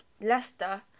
Leicester